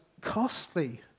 costly